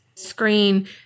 screen